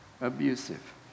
abusive